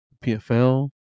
PFL